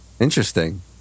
Interesting